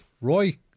roy